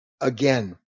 again